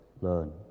learn